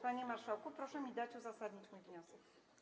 Panie marszałku, proszę mi dać uzasadnić mój wniosek.